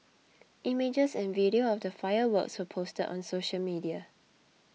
images and video of the fireworks were posted on social media